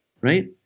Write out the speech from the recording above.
right